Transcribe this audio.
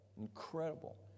Incredible